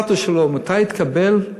הסטטוס שלו, מתי התקבל,